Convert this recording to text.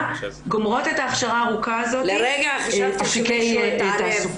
הלכה, גומרות את ההכשרה הארוכה הזאת, אפיקי תעסוקה